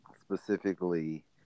specifically